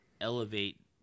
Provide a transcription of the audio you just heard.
elevate